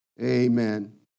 Amen